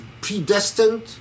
predestined